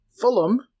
Fulham